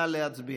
נא להצביע.